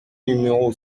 numéro